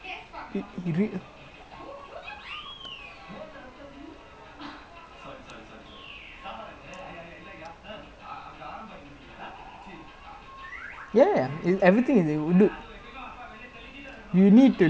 ya lah but is risky also because they say what women got advantage it's is it's like more of a it's like um maybe seventy percent how you sell and thirty percent your looks and shit like that as in like the way you present yourself lah basically